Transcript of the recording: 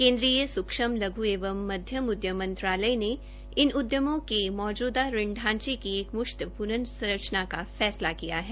केन्द्रीय सूक्ष्म लघु एव मध्यम उद्यम मंत्रालय ने इन उद्यमों के मौजूदा ऋण थांचे की एक मुश्त प्नर्सरचना का फैसला किया है